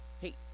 Hey